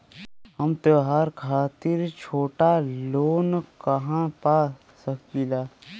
हम त्योहार खातिर छोटा लोन कहा पा सकिला?